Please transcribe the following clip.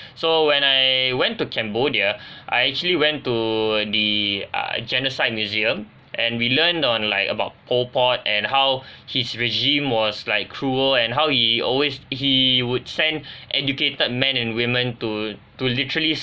so when I went to cambodia I actually went to the uh genocide museum and we learned on like about pol pot and how his regime was like cruel and how he always he would send educated men and women to to literally